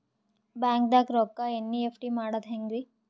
ಬ್ಯಾಂಕ್ದಾಗ ರೊಕ್ಕ ಎನ್.ಇ.ಎಫ್.ಟಿ ಮಾಡದ ಹೆಂಗ್ರಿ?